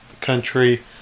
country